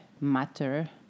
matter